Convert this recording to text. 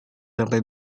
sampai